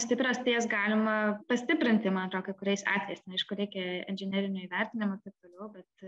stiprios tai jas galima pastiprinti man atrodo kai kuriais atvejais nu aišku reikia inžinerinių įvertinimų taip toliau bet